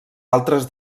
altres